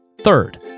third